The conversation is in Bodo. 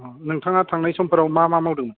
अ नोंथाङा थांनाय समफोराव मा मा मावदोंमोन